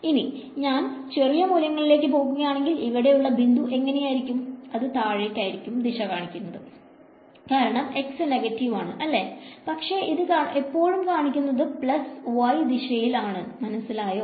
ഇനി നജ്ൻ ചെറിയ മൂല്യങ്ങളിലേക്ക് പോകുകയാണെങ്കിൽ ഇവിടെ ഉള്ള ബിന്ദു എങ്ങനെയായിരിക്കും അത് താഴേക്ക് ആയിരിക്കും ദിശ കാണിക്കുന്നത് കരണം x നെഗറ്റിവ് ആണ് അല്ലേ പക്ഷെ ഇത് എപ്പോഴും കാണിക്കുന്നത് plus y ദിശയിൽ ആണ് മനസ്സിലായോ